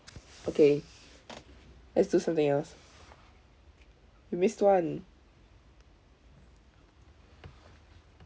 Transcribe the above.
okay let's do something else you missed one